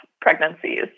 pregnancies